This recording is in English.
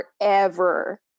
forever